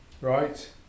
right